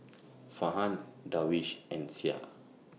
Farhan Darwish and Syah